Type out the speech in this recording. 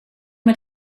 mij